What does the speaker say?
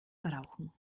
brauchen